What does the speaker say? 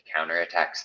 counterattacks